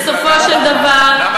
בסופו של דבר,